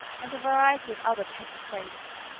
and a variety of other petty states,